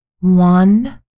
One